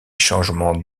changements